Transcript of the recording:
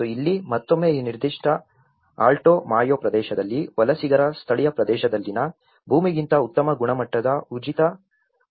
ಮತ್ತು ಇಲ್ಲಿ ಮತ್ತೊಮ್ಮೆ ಈ ನಿರ್ದಿಷ್ಟ ಆಲ್ಟೊ ಮೇಯೊ ಪ್ರದೇಶದಲ್ಲಿ ವಲಸಿಗರ ಸ್ಥಳೀಯ ಪ್ರದೇಶದಲ್ಲಿನ ಭೂಮಿಗಿಂತ ಉತ್ತಮ ಗುಣಮಟ್ಟದ ಉಚಿತ ಭೂಮಿಯ ಪ್ರದೇಶದಲ್ಲಿ ಅಸ್ತಿತ್ವವಿದೆ